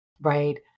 right